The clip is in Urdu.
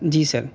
جی سر